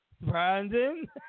Brandon